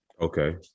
Okay